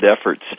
efforts